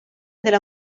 della